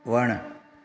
वणु